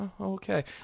Okay